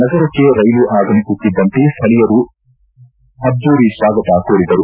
ನಗರಕ್ಷೆ ರೈಲು ಆಗಮಿಸುತ್ತಿದ್ಲಂತೆ ಸ್ಥಳೀಯರು ಅದ್ಗೂರಿ ಸ್ನಾಗತ ಕೋರಿದರು